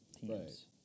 teams